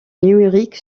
numérique